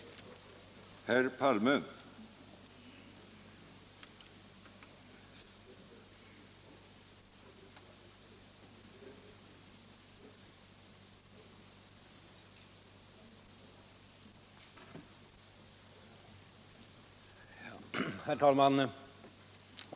av kärnkraft efter år 1985 Herr PALME : Herr talman!